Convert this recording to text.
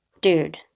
dude